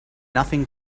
nothing